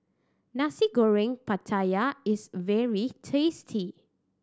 Nasi Goreng Pattaya is very tasty